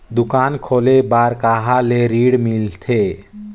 दुकान खोले बार कहा ले ऋण मिलथे?